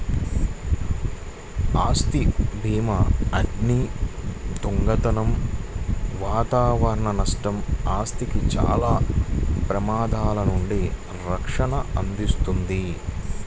ఆస్తి భీమాఅగ్ని, దొంగతనం వాతావరణ నష్టం, ఆస్తికి చాలా ప్రమాదాల నుండి రక్షణను అందిస్తుంది